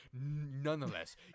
Nonetheless